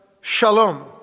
shalom